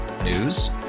News